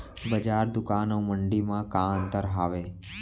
बजार, दुकान अऊ मंडी मा का अंतर हावे?